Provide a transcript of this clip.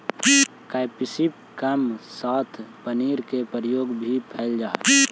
capsicum के साथ पनीर के प्रयोग भी कैल जा हइ